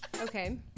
Okay